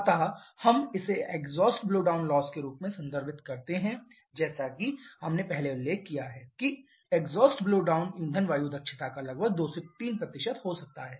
अतः हम इसे एग्जॉस्ट ब्लोडाउन लॉस के रूप में संदर्भित करते हैं जैसा कि हमने पहले उल्लेख किया है कि एग्जॉस्ट ब्लोडाउन ईंधन वायु दक्षता का लगभग 2 से 3 हो सकता है